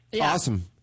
Awesome